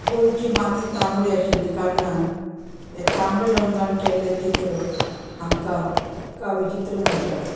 गोंयची माती तांबडी आशिल्ले कारणान हें तांबडे रंगान केल्लें चित्र हांकां कावी चित्र म्हणटात